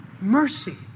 Mercy